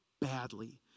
badly